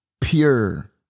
pure